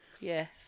yes